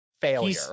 failure